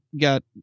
got